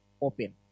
open